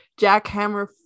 jackhammer